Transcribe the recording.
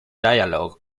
dialogue